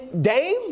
Dame